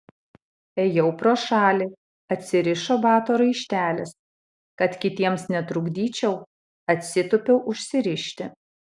ėjau pro šalį atsirišo bato raištelis kad kitiems netrukdyčiau atsitūpiau užsirišti